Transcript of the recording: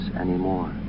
anymore